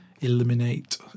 eliminate